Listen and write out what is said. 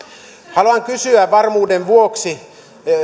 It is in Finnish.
haluan kysyä varmuuden vuoksi